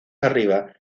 arriba